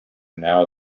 now